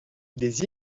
des